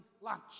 lunch